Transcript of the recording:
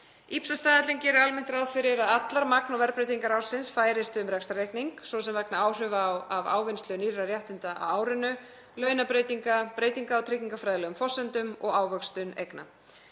IPSAS-staðallinn gerir almennt ráð fyrir að allar magn- og verðbreytingar ársins færist um rekstrarreikning, svo sem vegna áhrifa af ávinnslu nýrra réttinda á árinu, launabreytinga, breytinga á tryggingafræðilegum forsendum og ávöxtun eigna.